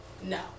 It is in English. No